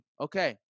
okay